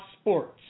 Sports